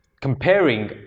comparing